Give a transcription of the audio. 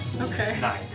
Okay